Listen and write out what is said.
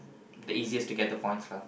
the easiest to get the points lah